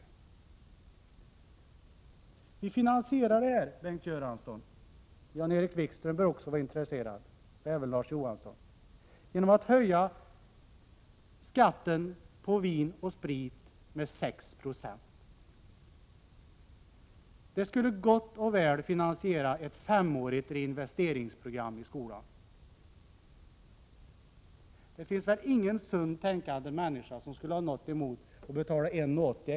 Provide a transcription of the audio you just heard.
Vi vill finansiera detta femåriga program, Bengt Göransson — Jan-Erik Wikström och Larz Johansson bör också vara intresserade — genom att höja skatten på vin och sprit med 6 96. Det skulle gott och väl finansiera ett femårigt reinvesteringsprogram på skolans område. Det finns väl ingen sunt tänkande människa som skulle ha något emot att betala 1:80 kr.